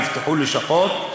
יפתחו לשכות,